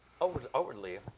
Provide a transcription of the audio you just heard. Outwardly